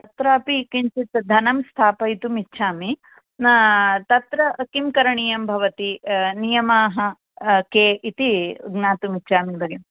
तत्र अपि किञ्चित धनं स्थापयितुम् इच्छामि न तत्र किम् करणीयम् भवति नियमाः के इति ज्ञातुम् इच्छामि भगिनी